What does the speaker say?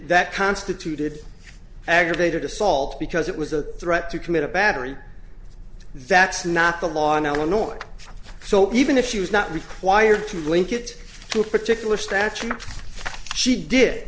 that constituted aggravated assault because it was a threat to commit a battery that's not the law in illinois so even if she was not required to link it to a particular statute she did